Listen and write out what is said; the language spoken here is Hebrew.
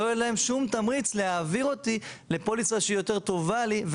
לא יהיה להם שום תמריץ להעביר אותי לפוליסה שהיא יותר טובה לי,